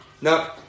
no